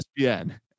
ESPN